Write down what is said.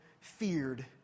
feared